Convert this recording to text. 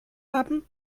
haben